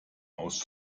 aus